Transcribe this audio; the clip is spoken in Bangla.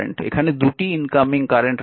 এখানে 2টি ইনকামিং কারেন্ট রয়েছে